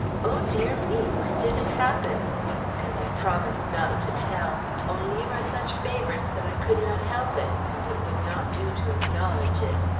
oh, dear me, when did it happen cause i promised not to tell only you are such favorites that i could not help it, and it would not do to acknowledge it.